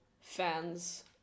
fans